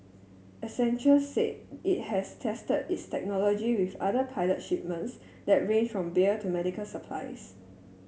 Accenture said it has tested its technology with other pilot shipments that range from beer to medical supplies